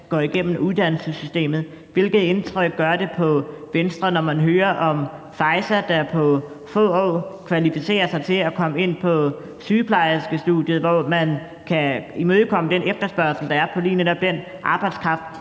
går igennem uddannelsessystemet? Hvilket indtryk gør det på Venstre, når man hører om Faeza, der på få år kvalificerer sig til at komme ind på sygeplejerskeuddannelsen, hvor man kan imødekomme den efterspørgsel, der er på lige netop den arbejdskraft?